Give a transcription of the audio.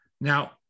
Now